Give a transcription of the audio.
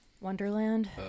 Wonderland